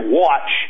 watch